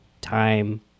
time